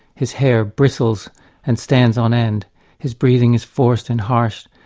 his hair bristles and stands on end his breathing is forced and harsh.